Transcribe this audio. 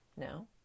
No